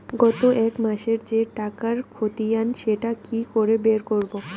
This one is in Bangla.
গত এক মাসের যে টাকার খতিয়ান সেটা কি করে বের করব?